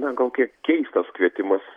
na gal kiek keistas kvietimas